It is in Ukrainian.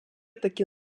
таки